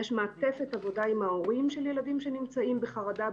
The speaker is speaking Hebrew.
יש מעטפת עבודה עם ההורים של ילדים שנמצאים בחרדה,